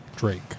Drake